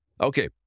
Okay